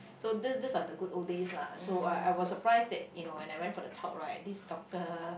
so these these are the good old days lah so I I was surprised that you know when I went for the talk right this doctor